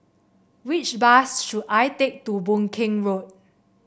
which bus should I take to Boon Keng Road